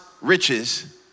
riches